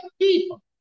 people